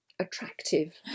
attractive